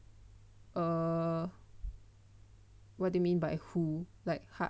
err what do you mean by who like har~